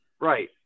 right